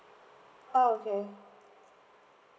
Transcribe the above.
oh okay